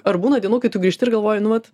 ar būna dienų kai tu grįžti ir galvoji nu vat